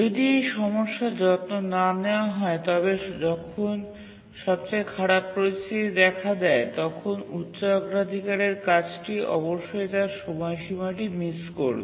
যদি এই সমস্যার যত্ন না নেওয়া হয় তবে যখন সবচেয়ে খারাপ পরিস্থিতি দেখা দেয় তখন উচ্চ অগ্রাধিকারের কাজটি অবশ্যই তার সময়সীমাটি মিস করবে